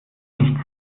nicht